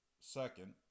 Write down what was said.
Second